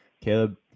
Caleb